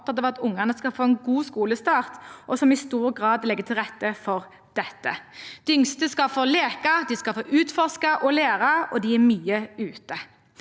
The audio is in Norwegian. opptatt av at ungene skal få en god skolestart, og som i stor grad legger til rette for dette. De yngste skal få leke, de skal få utforske og lære, og de er mye ute.